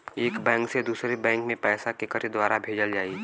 एक बैंक से दूसरे बैंक मे पैसा केकरे द्वारा भेजल जाई?